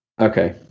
Okay